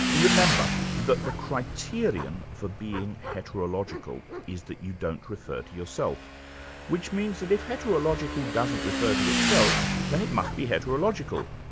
remember that the criterion for being heterological is that you don't refer to yourself which means that if heterological doesn't refer to itself then it must be heterological.